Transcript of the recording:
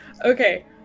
Okay